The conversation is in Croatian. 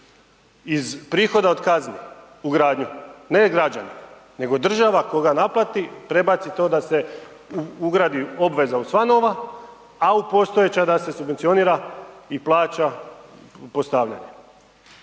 iz prihoda od kazni, ugradnju, ne građani, nego država koga naplati, prebaci to da se ugradi obveza u sva nova, a u postojeća da se subvencionira i plaća postavljanje,